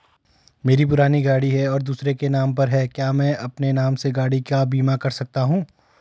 मेरी पुरानी गाड़ी है और दूसरे के नाम पर है क्या मैं अपने नाम से गाड़ी का बीमा कर सकता हूँ?